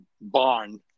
barn